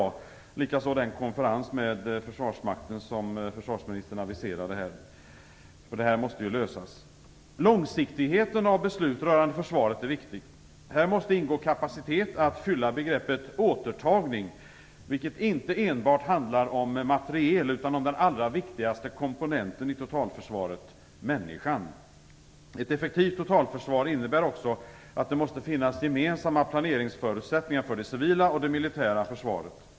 Det gäller likaså den konferens med försvarsmakten som försvarsministern aviserade. Detta måste ju lösas. Långsiktigheten när det gäller beslut rörande försvaret är viktig. Det måste finnas kapacitet att fylla begreppet "återtagning", vilket inte enbart handlar om materiel utan också om den allra viktigaste komponenten i totalförsvaret: människan. Ett effektivt totalförsvar innebär också att det måste finnas gemensamma planeringsförutsättningar för det civila och det militära försvaret.